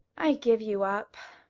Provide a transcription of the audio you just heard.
i give you up,